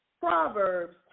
Proverbs